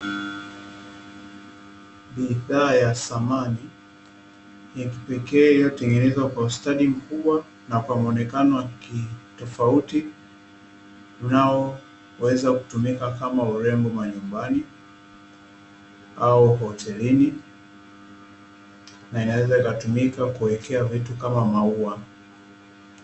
Bidhaa ya samani ya kipekee iliyotengenezwa kwa ustadi mkubwa na kwa muonekano wa kitofauti, unaoweza kutumika kama urembo manyumbani au hotelini na inaweza ikatumika kuwekea vitu kama maua.